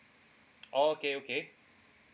oh okay okay